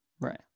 Right